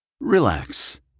Relax